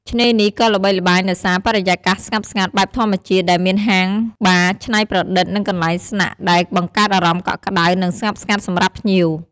ឆ្នេរនេះក៏ល្បីល្បាញដោយសារបរិយាកាសស្ងប់ស្ងាត់ បែបធម្មជាតិ ដែលមានហាងបារច្នៃប្រឌិត និងកន្លែងស្នាក់ ដែលបង្កើតអារម្មណ៍កក់ក្ដៅ និងស្ងប់ស្ងាត់សម្រាប់ភ្ញៀវ។